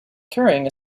carrying